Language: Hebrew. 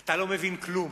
אתה לא מבין כלום.